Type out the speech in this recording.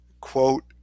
quote